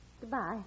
Goodbye